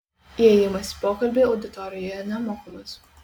įėjimas į pokalbį auditorijoje nemokamas